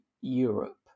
Europe